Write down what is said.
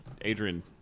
Adrian